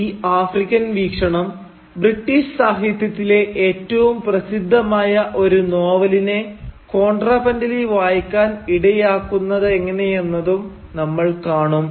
ഈ ആഫ്രിക്കൻ വീക്ഷണം ബ്രിട്ടീഷ് സാഹിത്യത്തിലെ ഏറ്റവും പ്രസിദ്ധമായ ഒരു നോവലിനെ കോണ്ട്രാപ്പന്റലി വായിക്കാൻ ഇടയാക്കുന്നതെങ്ങനെയെന്നതും നമ്മൾ കാണും